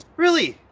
really!